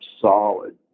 solid